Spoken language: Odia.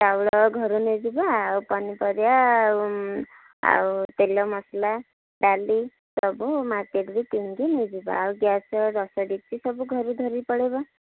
ଚାଉଳ ଘରୁ ନେଇଯିବା ଆଉ ପନିପରିବା ଆଉ ଆଉ ତେଲ ମସଲା ଡାଲି ସବୁ ମାର୍କେଟ୍ରେ କିଣିକି ନେଇଯିବା ଆଉ ଗ୍ୟାସ୍ର ସବୁ ଘରୁ ଧରି ଧରି ପଳେଇବା